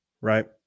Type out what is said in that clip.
right